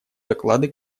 доклады